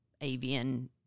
avian